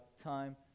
time